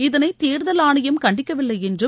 இதனை தேர்தல் ஆணையம் கண்டிக்கவில்லை என்றும்